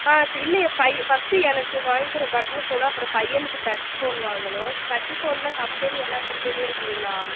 ஆ இல்லை என் பையன் ஃபஸ்ட்டு எனக்கு வாங்கிக்கிறேன் பட்டன் ஃபோனு அப்புறம் பையனுக்கு டச்சு ஃபோன் வாங்கணும் டச்சு ஃபோனில் கம்பெனி எல்லா கம்பெனியும் இருக்குதுங்களா